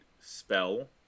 spell